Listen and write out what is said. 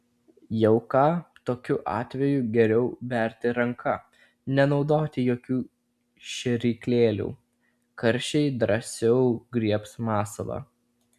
jauką tokiu atveju geriau berti ranka nenaudoti jokių šėryklėlių karšiai drąsiau griebs masalą